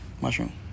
Mushroom